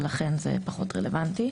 ולכן זה פחות רלוונטי.